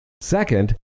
Second